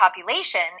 population